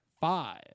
five